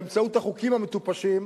באמצעות החוקים המטופשים,